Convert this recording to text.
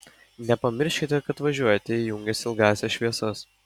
nepamirškite kad važiuojate įjungęs ilgąsias šviesas